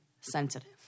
sensitive